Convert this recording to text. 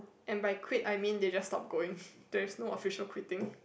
and by quit I mean they just stop going there is no official quitting